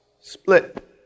split